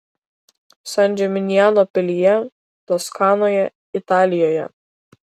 san džiminjano pilyje toskanoje italijoje